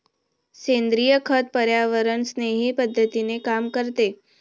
सेंद्रिय खत पर्यावरणस्नेही पद्धतीने काम करते